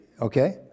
Okay